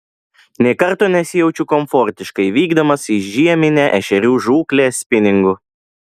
nė karto nesijaučiu komfortiškai vykdamas į žieminę ešerių žūklę spiningu